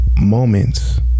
moments